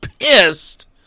pissed